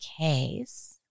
case